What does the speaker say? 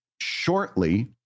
shortly